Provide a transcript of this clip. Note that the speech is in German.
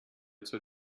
zur